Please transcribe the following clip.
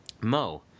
Mo